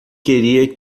queria